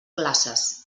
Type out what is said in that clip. classes